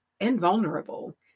invulnerable